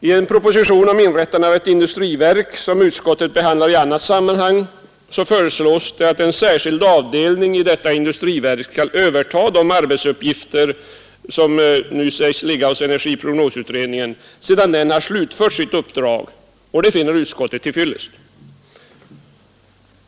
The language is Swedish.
I en proposition om inrättandet av ett industriverk, som utskottet behandlar i annat sammanhang, föreslås att en särskild avdelning där skall överta de arbetsuppgifter som nu ligger hos energiprognosutredningen sedan denna slutfört sitt uppdrag, och det finner utskottet till fyllest.